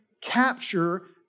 capture